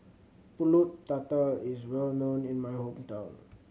Pulut Tatal is well known in my hometown